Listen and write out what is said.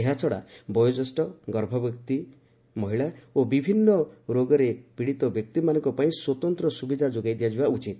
ଏହାଛଡ଼ା ବୟୋଜ୍ୟେଷ୍ଠ ବ୍ୟକ୍ତି ଗର୍ଭବତୀ ମହିଳା ଓ ବିଭିନ୍ନ ରୋଗରେ ପୀଡ଼ିତ ବ୍ୟକ୍ତିମାନଙ୍କ ପାଇଁ ସ୍ୱତନ୍ତ ସୁବିଧା ଯୋଗାଇ ଦିଆଯିବା ଉଚିତ